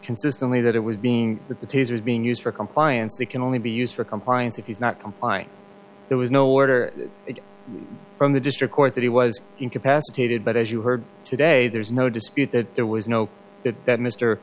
consistently that it was being that the taser is being used for compliance they can only be used for compliance if he's not complying there was no order from the district court that he was incapacitated but as you heard today there's no dispute that there was no that that mr